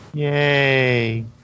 Yay